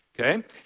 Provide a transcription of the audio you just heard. Okay